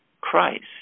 Christ